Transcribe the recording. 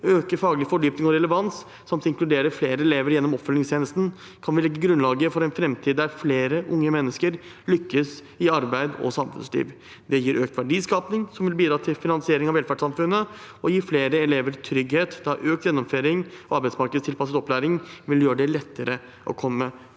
øke faglig fordypning og relevans samt inkludere flere elever gjennom oppfølgingstjenesten kan vi legge grunnlaget for en framtid dere flere unge mennesker lykkes i arbeids- og samfunnsliv. Det gir økt verdiskaping, som vil bidra til finansiering av velferdssamfunnet og gi flere elever trygghet, da økt gjennomføring og arbeidsmarkedstilpasset opplæring vil gjøre det lettere å komme ut